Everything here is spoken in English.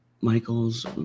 Michael's